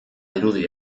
dirudi